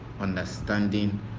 understanding